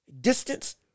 distance